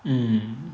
mm